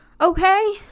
Okay